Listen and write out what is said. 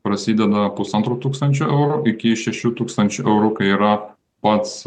prasideda pusantro tūkstančio eurų iki šešių tūkstančių eurų kai yra pats